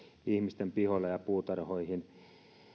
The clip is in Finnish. ihmisten pihoille ja puutarhoihin